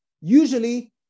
usually